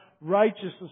Righteousness